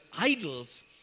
idols